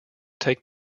take